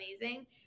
amazing